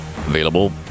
available